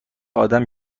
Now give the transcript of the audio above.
آدم